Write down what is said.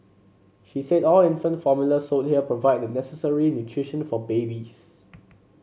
she said all infant formula sold here provide the necessary nutrition for babies